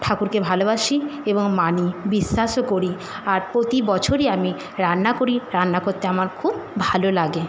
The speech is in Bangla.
ঠাকুরকে ভালোবাসি এবং মানি বিশ্বাসও করি আর প্রতি বছরই আমি রান্না করি রান্না করতে আমার খুব ভালো লাগে